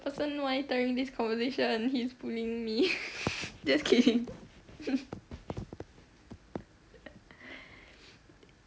the person monitoring this conversation he is me just kidding